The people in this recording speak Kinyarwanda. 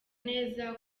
neza